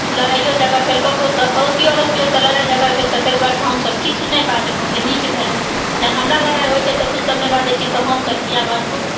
लड़ाइयो झगड़ भेल ककरो सऽ पड़ोसीयो अड़ोसीयो सऽ लड़ाइ झगड़ भेल तऽ ताहि दुआरे सऽ हमसब किछु नहि बाजलहुॅं जे नीक भेलै जहन हमरा लड़ाइ होइ छै तऽ तू सब नहि बाजै छी तऽ हमसब किया बाजबौ